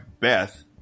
Beth